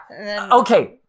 Okay